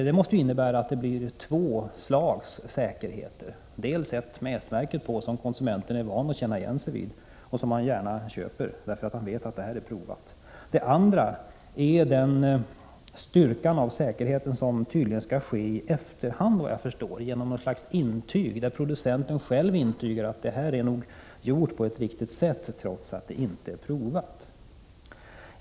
Det måste ju innebära att det blir två slags säkerhet: dels en med S-märket, som konsumenten är van vid och känner igen och gärna köper produkten därför att han vet att den är provad, dels det styrkande av säkerheten som tydligen skall ske i efterhand genom att producenten själv intygar att produkten är gjord på ett riktigt sätt trots att den inte är provad.